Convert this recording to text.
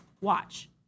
Watch